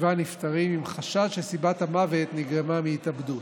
נפטרים עם חשד שסיבת המוות נגרמה מהתאבדות.